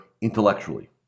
intellectually